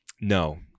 No